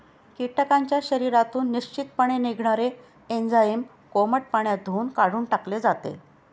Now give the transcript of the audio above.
कीटकांच्या शरीरातून निश्चितपणे निघणारे एन्झाईम कोमट पाण्यात धुऊन काढून टाकले जाते